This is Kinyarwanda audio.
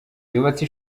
yubatse